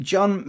John